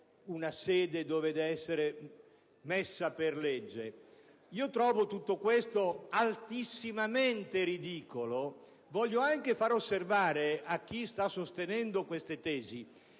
una sede che dovrebbe essere prevista per legge; trovo tutto questo altissimamente ridicolo. Voglio anche far osservare a chi sta sostenendo queste tesi